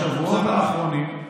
בשבועות האחרונים,